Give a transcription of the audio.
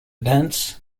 dance